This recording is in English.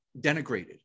denigrated